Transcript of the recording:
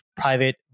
private